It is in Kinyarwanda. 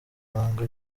inanga